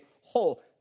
whole